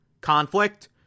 conflict